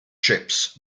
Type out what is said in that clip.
ships